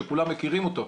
שכולם מכירים אותו,